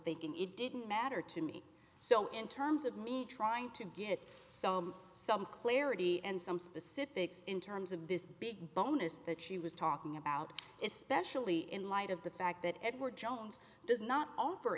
thinking it didn't matter to me so in terms of me trying to get some some clarity and some specifics in terms of this big bonus that she was talking about especially in light of the fact that edward jones does not offer